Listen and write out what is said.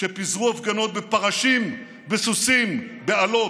כשפיזרו הפגנות בפרשים, בסוסים, באלות?